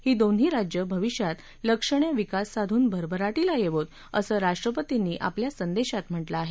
ही दोन्ही राज्य भविष्यात लक्षणिय विकास साधून भरभराटीला येवोत असं राष्ट्रपतींनी आपल्या संदेशात म्हटलं आहे